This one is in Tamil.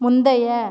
முந்தைய